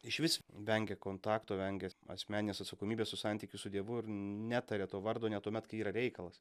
išvis vengia kontakto vengia asmeninės atsakomybės už santykį su dievu ir netaria to vardo net tuomet kai yra reikalas